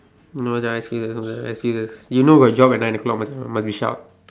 no Macha I I serious you know got job at nine o-clock must be must be sharp